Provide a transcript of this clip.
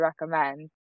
recommend